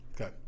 Okay